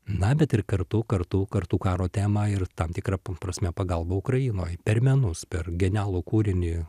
na bet ir kartu kartu kartu karo temą ir tam tikra prasme pagalba ukrainoj per menus per genialų kūrinį